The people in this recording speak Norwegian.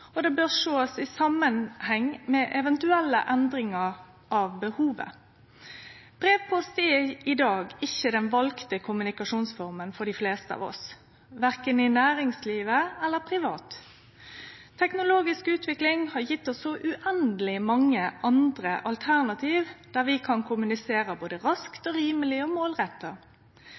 og det bør sjåast i samanheng med eventuelle endringar av behovet. Brevpost er i dag ikkje den valde kommunikasjonsforma for dei fleste av oss, verken i næringslivet eller privat. Teknologisk utvikling har gjeve oss så uendeleg mange andre alternativ der vi kan kommunisere både raskt og rimeleg og målretta.